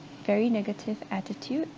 very negative attitude